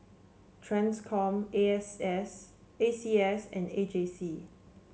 Transcom A S S A C S and A J C